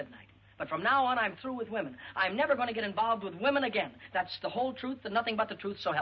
midnight but from now on i'm through with women i'm never going to get involved with women again that's the whole truth and nothing but the truth so